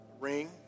ring